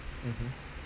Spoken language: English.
mmhmm